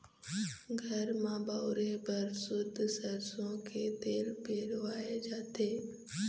घर म बउरे बर सुद्ध सरसो के तेल पेरवाए जाथे